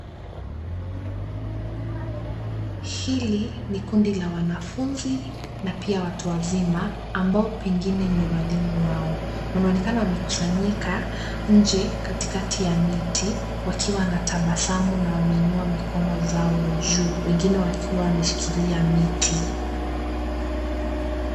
Hili ni kundi la wanafunzi na pia watu wazima ambao pengine ni walimu wao. Wanaonekana wamekusanyika nje katikati ya miti wakiwa na tabasamu na wameinua mikono zao juu wengine wakiwa wameshikilia miti.